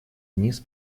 вниз